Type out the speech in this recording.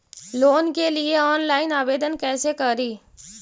Loan के लिये online आवेदन कैसे करि?